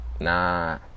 Nah